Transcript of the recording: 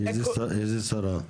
איזו שרה?